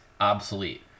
obsolete